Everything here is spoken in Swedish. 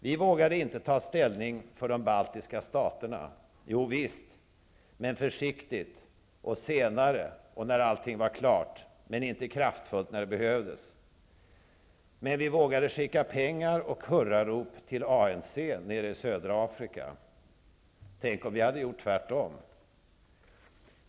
Vi vågade inte ta ställning för de baltiska staterna -- jovisst, men försiktigt och senare, när allting var klart, men inte kraftfullt när det behövdes -- men vi vågade skicka pengar och hurrarop till ANC nere i södra Afrika. Tänk om vi hade gjort tvärtom!